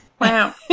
Wow